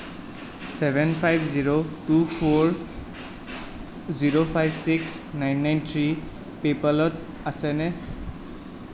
seven five zero two four zero five six nine nine three পে'পলত আছেনে